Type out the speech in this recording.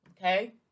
Okay